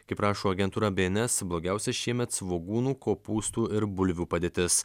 kaip rašo agentūra bns blogiausia šiemet svogūnų kopūstų ir bulvių padėtis